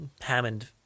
Hammond